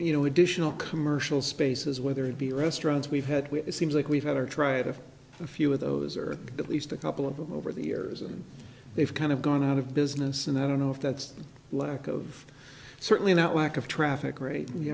you know additional commercial spaces whether it be restaurants we've had it seems like we've had our tried a few of those or at least a couple of them over the years and they've kind of gone out of business and i don't know if that's lack of certainly not lack of traffic